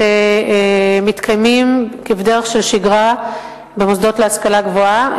שמתקיימים כבדרך שגרה במוסדות להשכלה גבוהה.